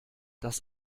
das